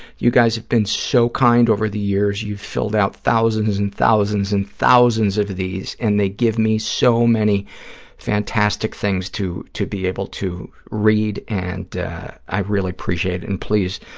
you guys have been so kind over the years, you've filled out thousands and thousands and thousands of these, and they give me so many fantastic things to to be able to read and i really appreciate it. and please,